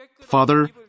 Father